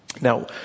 Now